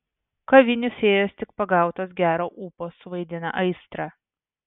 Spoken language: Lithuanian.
kavinių fėjos tik pagautos gero ūpo suvaidina aistrą